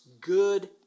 good